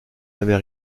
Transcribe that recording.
n’avait